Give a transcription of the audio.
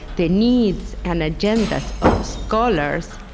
the needs and agendas of scholars,